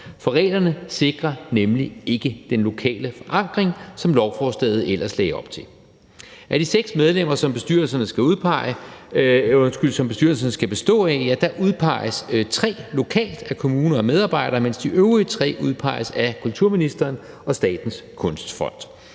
for reglerne sikrer nemlig ikke den lokale forankring, som lovforslaget ellers lagde op til. Af de seks medlemmer, som bestyrelserne skal bestå af, udpeges tre lokalt af kommune og medarbejdere, mens de øvrige tre udpeges af kulturministeren og Statens Kunstfond.